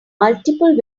multiple